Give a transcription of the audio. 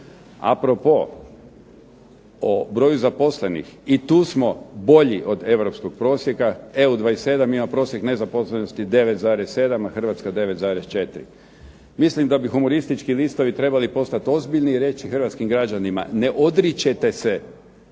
A pro pos o broj zaposlenih, i tu smo bolji od europskog prosjeka EU27 ima prosjek nezaposlenosti 9,7 a Hrvatska 9,4. Mislim da bi humoristički listovi trebali postati ozbiljni i reći hrvatskim građanima ne odričete se